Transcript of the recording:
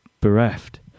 bereft